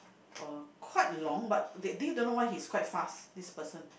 uh quite long but that day don't know why he's quite fast this person